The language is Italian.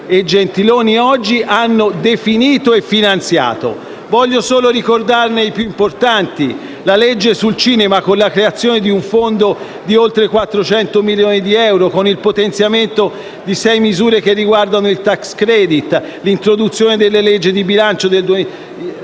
e Gentiloni Silveri oggi, hanno definito e finanziato. Voglio solo ricordare i più importanti: la legge sul cinema con la creazione di un fondo di 400 milioni, con il potenziamento delle sei misure che riguardano il *tax credit*; l'introduzione nella legge di bilancio del 2015